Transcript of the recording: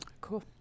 Cool